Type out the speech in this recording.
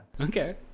Okay